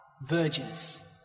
virgins